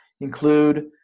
include